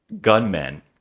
gunmen